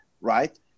right